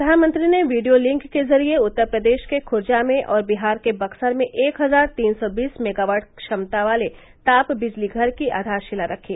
प्रधानमंत्री ने video link के जरिये उत्तरप्रदेश के खुर्जा में और बिहार के बक्सर में एक हजार तीन सौ बीस मेगावाट क्षमता वाले ताप बिजली घर की आधारशिला रखी